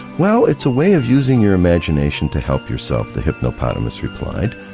well it's a way of using your imagination to help yourself the hypnopotamus replied.